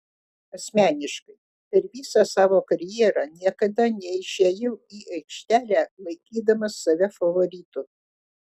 asmeniškai per visą savo karjerą niekada neišėjau į aikštelę laikydamas save favoritu